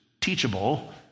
teachable